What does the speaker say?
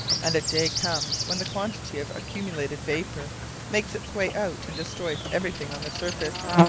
and a day comes when the quantity of accumulated vapour makes its way out and destroys everything on the surface.